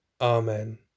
Amen